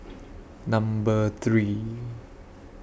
Number three